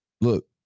look